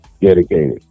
dedicated